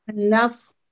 Enough